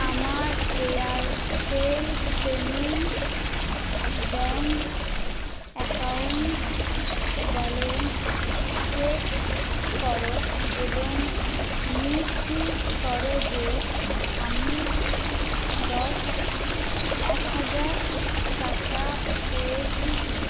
আমার Airtel payments bank account balance check করো এবং নিশ্চিত করো যে আমি দশ এক হাজার টাকা পেয়েছি কি না